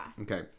Okay